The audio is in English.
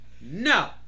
No